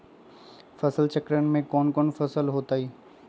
फसल चक्रण में कौन कौन फसल हो ताई?